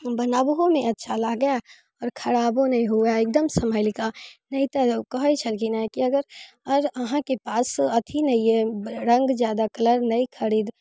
बनाबहोमे अच्छा लागै आओर खराबो नहि हुए एकदम सम्हैलके नहि तऽ कहै छलखिन हँ की अगर अगर अहाँके पास अथी नहि अइ रङ्ग जादा कलर नहि खरीद